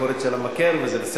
חבר הכנסת מאיר שטרית, בבקשה.